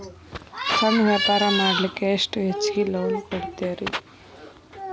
ಸಣ್ಣ ವ್ಯಾಪಾರ ಮಾಡ್ಲಿಕ್ಕೆ ಎಷ್ಟು ಹೆಚ್ಚಿಗಿ ಲೋನ್ ಕೊಡುತ್ತೇರಿ?